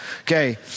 Okay